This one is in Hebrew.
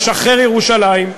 משחרר ירושלים,